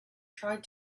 tried